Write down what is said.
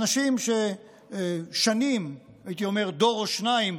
אנשים ששנים, הייתי אומר דור או שניים,